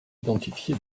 identifié